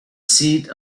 seat